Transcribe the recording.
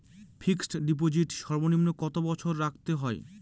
Fixed deposit সর্বনিম্ন কত বছর রাখতে হয়?